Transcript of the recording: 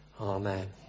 Amen